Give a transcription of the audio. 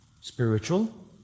Spiritual